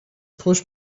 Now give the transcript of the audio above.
پشت